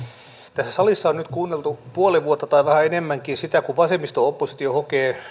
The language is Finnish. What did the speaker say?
tässä salissa on nyt kuunneltu puoli vuotta tai vähän enemmänkin sitä kun vasemmisto oppositio hokee